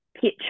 pitch